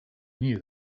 knew